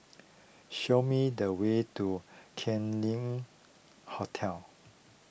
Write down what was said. show me the way to Kam Leng Hotel